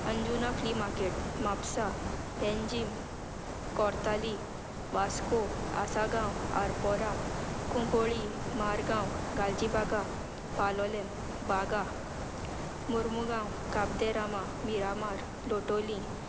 Anjuna flea market Mapusa Panjim Cortalim Vasco Assagao Arpora Cuncolim Margao Galgibaga Palolem Baga Mormugao Cabo de Rama Miramar Loutolim